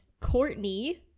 Courtney